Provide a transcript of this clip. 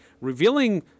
revealing